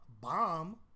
Bomb